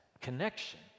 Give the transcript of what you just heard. connection